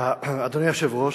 אדוני היושב-ראש,